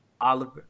Oliver